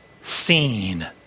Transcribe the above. seen